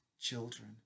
children